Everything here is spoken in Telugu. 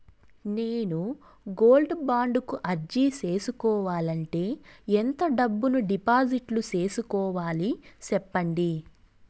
నేను గోల్డ్ బాండు కు అర్జీ సేసుకోవాలంటే ఎంత డబ్బును డిపాజిట్లు సేసుకోవాలి సెప్పండి